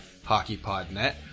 HockeyPodNet